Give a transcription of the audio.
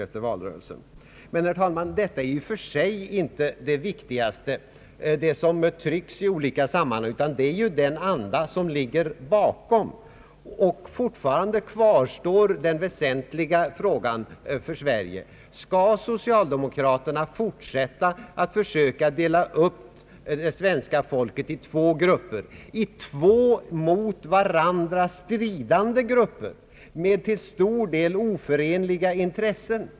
Det viktigaste är inte i och för sig vad som trycks i enstaka olika sammanhang, utan det är den anda som ligger bakom, och fortfarande kvarstår den väsentliga frågan: Skall socialdemokraterna fortsätta att försöka dela upp det svenska folket i två mot varandra stridande grupper med till stor del oförenliga intressen?